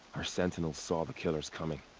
our sentinels saw the killers coming.